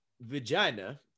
vagina